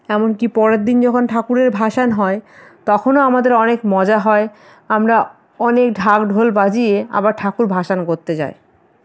এমন কি পরের দিন যখন ঠাকুরের ভাসান হয় তখনও আমাদের অনেক মজা হয় আমরা অনেক ঢাক ঢোল বাজিয়ে আবার ঠাকুর ভাসান করতে যাই